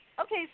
Okay